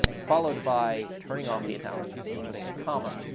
followed by turning off the italics and putting a comma.